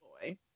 boy